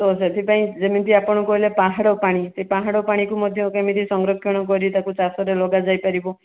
ତ ସେଥିପାଇଁ ଯେମିତି ଆପଣ କହିଲେ ପାହାଡ଼ ପାଣି ସେଇ ପାହାଡ଼ ପାଣିକୁ ମଧ୍ୟ କିମିତି ସଂରକ୍ଷଣ କରି ତାକୁ ଚାଷରେ ଲଗାଯାଇ ପାରିବ